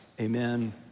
amen